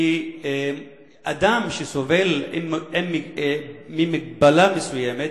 שאדם שסובל ממגבלה מסוימת